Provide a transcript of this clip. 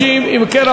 60. אם כן,